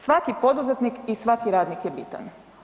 Svaki poduzetnik i svaki radnik je bitan.